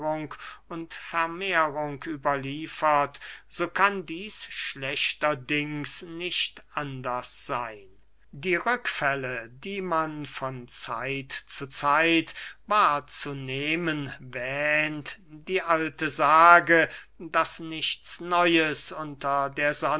und vermehrung überliefert so kann dieß schlechterdings nicht anders seyn die rückfälle die man von zeit zu zeit wahrzunehmen wähnt die alte sage daß nichts neues unter der